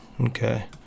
okay